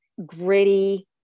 gritty